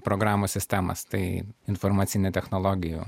programų sistemas tai informacinių technologijų